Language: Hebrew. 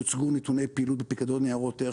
יוצגו נתוני פעילות בפיקדון ניירות ערך